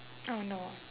oh no ah